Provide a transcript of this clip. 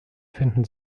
finden